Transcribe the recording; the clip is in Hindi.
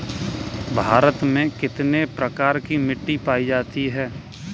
भारत में कितने प्रकार की मिट्टी पायी जाती है?